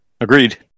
Agreed